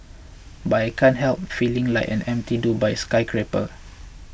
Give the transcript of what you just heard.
but I can't help feeling like an empty Dubai skyscraper